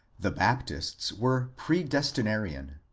the bap tists were predestinarian,